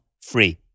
free